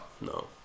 No